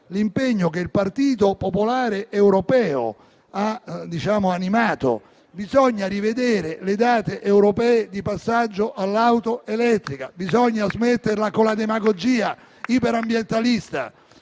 l'impegno che il Partito Popolare Europeo ha animato: bisogna rivedere le date europee di passaggio all'auto elettrica; bisogna smetterla con la demagogia iper-ambientalista.